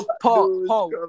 Paul